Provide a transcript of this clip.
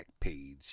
backpage